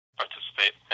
participate